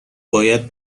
باید